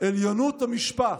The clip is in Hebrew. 'עליונות המשפט',